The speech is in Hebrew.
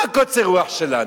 מה קוצר הרוח שלנו?